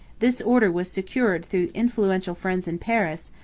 this order was secured through influential friends in paris,